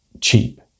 cheap